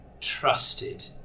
trusted